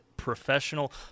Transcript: professional